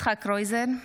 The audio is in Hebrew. יצחק קרויזר,